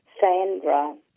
Sandra